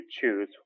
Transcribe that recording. choose